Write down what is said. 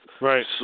Right